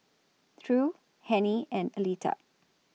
True Hennie and Aleta